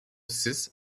six